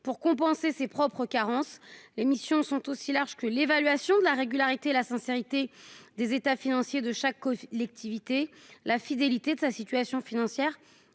pour compenser ses propres carences, les missions sont aussi large que l'évaluation de la régularité et la sincérité des états financiers de chaque côté, l'activité la fidélité de sa situation financière